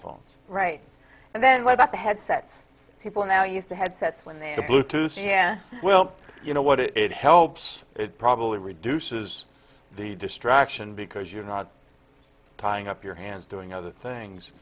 phones right and then what about the headset people now use the headsets when they're the bluetooth well you know what it helps it probably reduces the distraction because you're not tying up your hands doing other things